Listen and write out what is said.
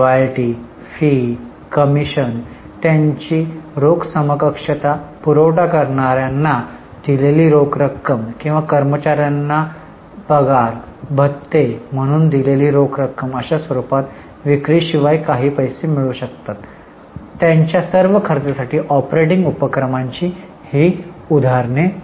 royalty fee commission त्यांची रोख समकक्षता पुरवठा करणार्याना दिलेली रोख रक्कम किंवा कर्मचार्यांना पगार भत्ते म्हणून दिलेली रोख अशा स्वरुपात विक्री शिवाय काही पैसे मिळू शकतात त्यांच्या सर्व खर्चासाठी ऑपरेटिंग उपक्रमाची ही उदाहरणे